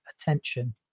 attention